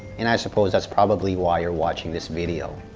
and i suppose that's probably why you are watching this video.